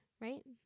Right